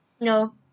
No